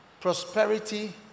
prosperity